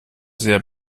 sehr